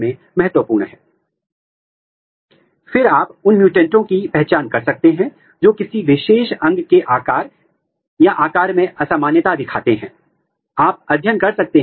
यह महत्वपूर्ण है क्योंकि आप एक बहुत ही पतला सेक्शन बनाना चाहते हैं जोकि 8 माइक्रोन से 10 माइक्रोन तक पतला है